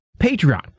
Patreon